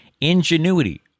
Ingenuity